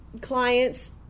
clients